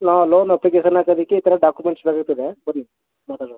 ನಾವು loan application ಹಾಕೋದಿಕ್ಕೆ ಈ ಥರ ಡಾಕ್ಯುಮೆಂಟ್ಸ್ಗಳು ಇರ್ತದೆ ಬನ್ನಿ ಮಾತಾಡೋಣ